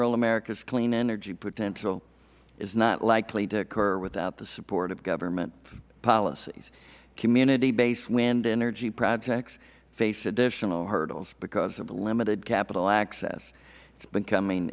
rural america's clean energy potential is not likely to occur without the support of governmental policies community based wind energy projects face additional hurdles because of limited capital access it's becoming